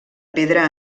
pedra